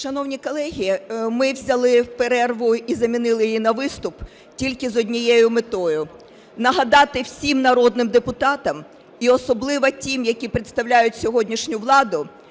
Шановні колеги, ми взяли перерву і замінили її на виступ тільки з однією метою – нагадати всім народним депутатам і особливо тим, які представляють сьогоднішню владу,